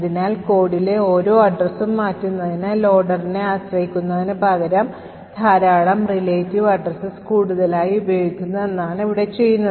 അതിനാൽ കോഡിലെ ഓരോ addressഉം മാറ്റുന്നതിന് ലോഡറിനെ ആശ്രയിക്കുന്നതിനുപകരം ധാരാളം relative addresses കൂടുതലായി ഉപയോഗിക്കുന്നു എന്നതാണ് ഇവിടെ ചെയ്യുന്നത്